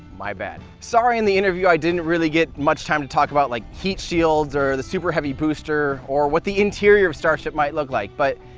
my bad. sorry in the interview i didn't really get much time to talk about like heat shields, or the super heavy booster, or what the interior of starship might look like, but,